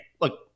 Look